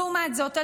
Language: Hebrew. לעומת זאת,